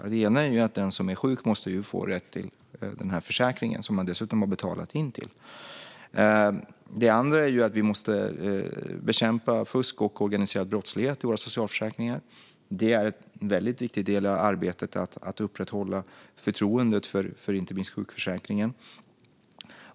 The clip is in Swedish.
En aspekt är att den som är sjuk måste få rätt till den försäkring som personen dessutom har betalat in till. En annan aspekt är att vi måste bekämpa fusk och organiserad brottslighet i våra socialförsäkringar; detta är en väldigt viktig del av arbetet med att upprätthålla förtroendet för inte minst sjukförsäkringen.